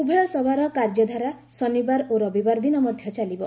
ଉଭୟ ସଭାର କାର୍ଯ୍ୟଧାରା ଶନିବାର ଓ ରବିବାର ଦିନ ମଧ୍ୟ ଚାଲିବ